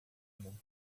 mão